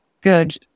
good